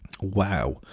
Wow